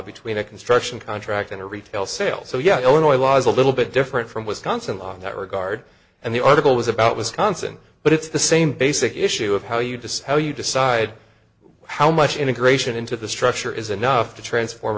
between a construction contract and a retail sales so yeah illinois law is a little bit different from wisconsin law that regard and the article was about wisconsin but it's the same basic issue of how you decide how you decide how much integration into the structure is enough to transform